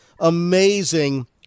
amazing